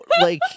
like-